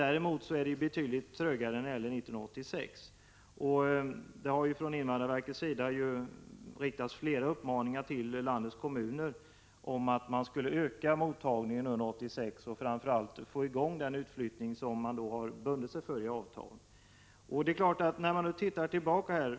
Däremot är det betydligt trögare 1986. Invandrarverket har riktat flera uppmaningar till landets kommuner att öka mottagningen under 1986 och framför allt få i gång den utflyttning som kommunerna bundit sig för i avtal. Låt oss se tillbaka.